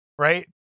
Right